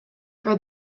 for